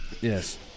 Yes